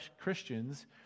christians